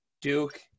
Duke